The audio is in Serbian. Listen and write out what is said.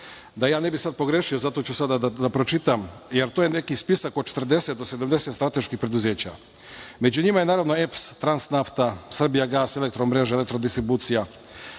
Da ja ne bih sad pogrešio, zato ću sada da pročitam, jer to je neki spisak od 40 do 70 strateških preduzeća. Među njima je, naravno, EPS, Transnafta, Srbijagas, Elektromreže, Elektrodistribucija,